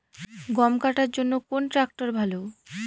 গম কাটার জন্যে কোন ট্র্যাক্টর ভালো?